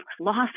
lost